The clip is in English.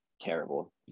terrible